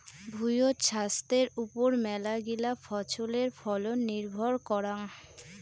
ভুঁইয়ত ছাস্থের ওপর মেলাগিলা ফছলের ফলন নির্ভর করাং